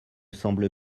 semble